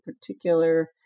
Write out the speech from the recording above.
particular